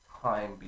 time